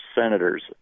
senators